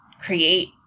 create